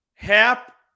Hap